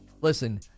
Listen